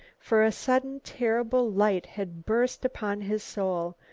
for a sudden terrible light had burst upon his soul,